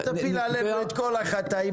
אל תפיל עלינו את כל החטאים